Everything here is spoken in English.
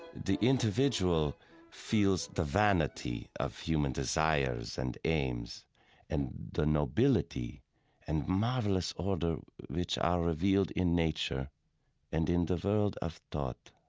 the individual feels the vanity of human desires and aims and the nobility and marvelous order which are revealed in nature and in the world of thought.